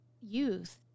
youth